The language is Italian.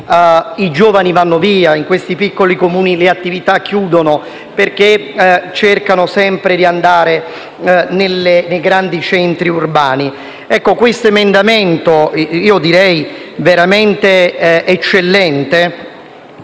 i giovani vanno via. In questi piccoli Comuni le attività chiudono, perché cercano sempre di trasferirsi nei grandi centri urbani. Questo emendamento, veramente eccellente,